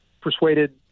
persuaded